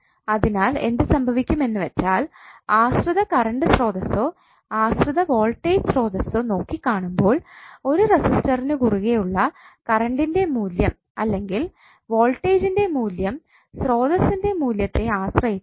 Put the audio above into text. അതിനാൽ എന്ത് സംഭവിക്കും എന്ന് വെച്ചാൽ ആശ്രിത കറണ്ട് സ്രോതസ്സ്സോ ആശ്രിത വോൾടേജ് സ്രോതസ്സ്സോ നോക്കി കാണുമ്പോൾ ഒരു റെസിസ്റ്ററിനു കുറുകെ ഉള്ള കറണ്ടിൻറെ മൂല്യം അല്ലെങ്കിൽ വോൾട്ടാഗിൻറെ മൂല്യം സ്രോതസിൻറെ മൂല്യത്തെ ആശ്രിയിച്ചു ഇരിക്കും